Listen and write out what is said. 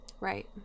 Right